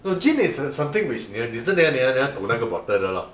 no gin is something which 你你真的你要读那个 bottle 的 lor